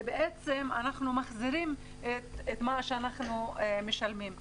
ואנחנו מחזירים את מה שאנחנו משלמים.